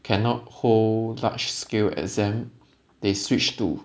cannot hold large scale exam they switched to